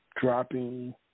dropping